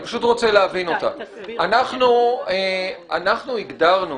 אנחנו הגדרנו,